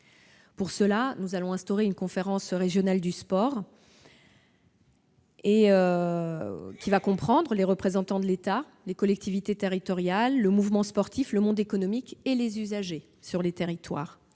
Pour ce faire, nous allons instaurer des conférences régionales du sport, qui comprendront des représentants de l'État, des collectivités territoriales, du mouvement sportif, du monde économique et des usagers sur les territoires.